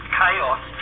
chaos